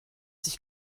sich